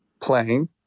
playing